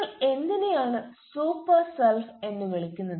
നിങ്ങൾ എന്തിനെയാണ് super self എന്ന് വിളിക്കുന്നത്